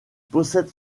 possède